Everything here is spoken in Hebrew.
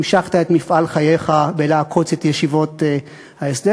המשכת את מפעל חייך בלעקוץ את ישיבות ההסדר.